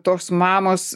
tos mamos